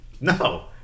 No